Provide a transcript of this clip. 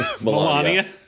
Melania